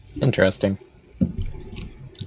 Interesting